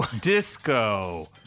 disco